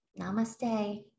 Namaste